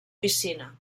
piscina